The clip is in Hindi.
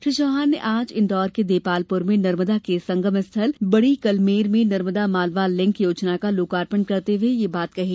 श्री चौहान ने आज इन्दौर के देपालपुर में नर्मदा के संगम स्थल बड़ी कलमेर में नर्मदा मालवा लिंक योजना का लोकार्पण करते हुए ये बात कही